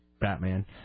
Batman